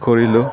ঘূৰিলোঁ